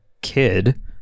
kid